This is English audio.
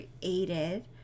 created